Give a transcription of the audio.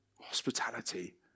hospitality